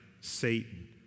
Satan